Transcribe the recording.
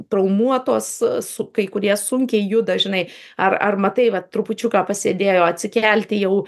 traumuotos su kai kurie sunkiai juda žinai ar ar matai va trupučiuką pasėdėjo atsikelti jau